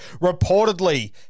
reportedly